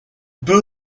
peut